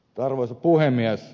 arvoisa puhemies